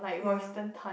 yeah